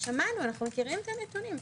אנחנו מכירים את הנתונים.